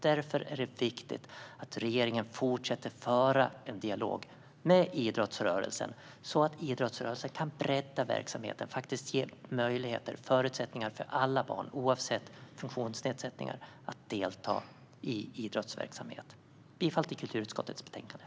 Därför är det viktigt att regeringen fortsätter att föra en dialog med idrottsrörelsen, så att den kan bredda verksamheten och ge möjligheter och förutsättningar för alla barn, oavsett om de har funktionsnedsättningar, att delta i idrottsverksamhet. Jag yrkar bifall till kulturutskottets förslag i betänkandet.